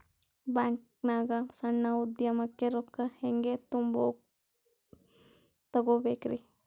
ಬ್ಯಾಂಕ್ನಾಗ ಸಣ್ಣ ಉದ್ಯಮಕ್ಕೆ ರೊಕ್ಕ ಹೆಂಗೆ ತಗೋಬೇಕ್ರಿ?